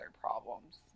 problems